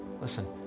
listen